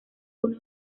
uno